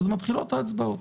אז מתחילות ההצבעות.